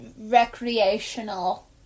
recreational